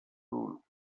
rule